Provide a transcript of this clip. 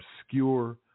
obscure